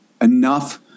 enough